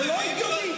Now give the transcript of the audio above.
זה לא הגיוני.